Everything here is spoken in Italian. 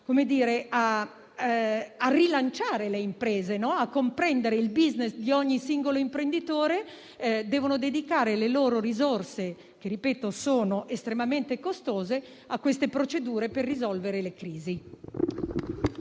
dedicarsi a rilanciare le imprese e comprendere il *business* di ogni singolo imprenditore, devono impiegare le loro risorse - che, lo ripeto, sono estremamente costose - in queste procedure per risolvere le crisi.